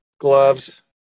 gloves